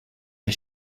les